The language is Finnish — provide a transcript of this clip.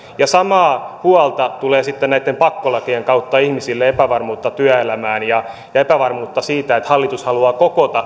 samaa huolta tulee sitten näitten pakkolakien kautta ihmisille epävarmuutta työelämään ja epävarmuutta siitä että hallitus haluaa